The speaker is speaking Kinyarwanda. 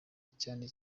cyane